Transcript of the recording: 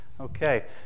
Okay